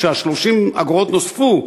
כש-30 האגורות נוספו,